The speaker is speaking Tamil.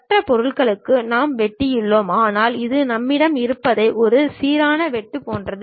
மற்ற பொருள்களுக்கும் நாம் வெட்டியுள்ளோம் ஆனால் இது நம்மிடம் இருப்பதை ஒரு சீரான வெட்டு போன்றது